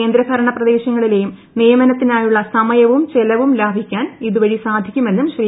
കേന്ദ്രഭരണപ്രദേശങ്ങളിലേയും സംസ്ഥാനങ്ങളിലെയും നിയമനത്തിനായുള്ള സമയവും ചെലവും ലാഭിക്കാൻ ഇതുവഴി സാധിക്കുമെന്നും ശ്രീ